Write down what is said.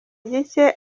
gike